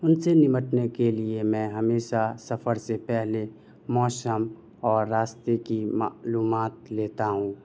ان سے نمٹنے کے لیے میں ہمیشہ سفر سے پہلے موسم اور راستے کی معلومات لیتا ہوں